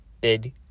bid